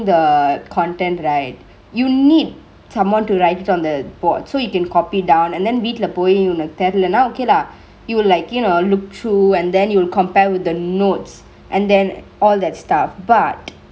the content right you need someone to write it on the board so you can copy down and then வீட்டல போய் உனக்கு தெர்லனா:veetla poi unaku terlenaa okay lah you will like you know look through and then you will compare with the notes and then all that stuff but